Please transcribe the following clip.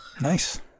Nice